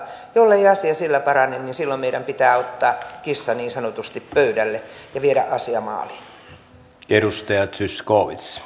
jollei asia sillä parane niin silloin meidän pitää ottaa kissa niin sanotusti pöydälle ja viedä asia maaliin